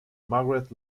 margaret